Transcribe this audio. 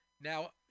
Now